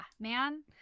man